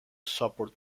support